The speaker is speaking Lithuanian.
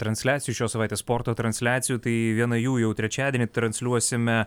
transliacijų šios savaitės sporto transliacijų tai vieną jų jau trečiadienį transliuosime